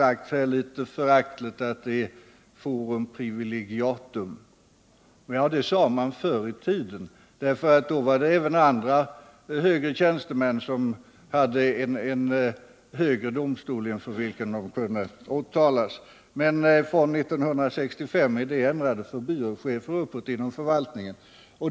Det har här litet föraktfullt talats om forum privilegiatum. Ja, så sade man förr i tiden, därför att då även andra högre tjänstemän hade rätt att åtalas inför en högre domstol. 1965 ändrades detta för byråchefer och uppåt inom förvaltningen.